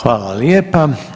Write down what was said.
Hvala lijepa.